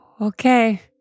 okay